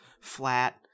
flat